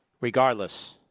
regardless